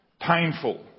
painful